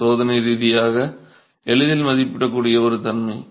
இது சோதனை ரீதியாக எளிதில் மதிப்பிடக்கூடிய ஒரு தன்மை